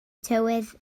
tywydd